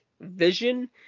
vision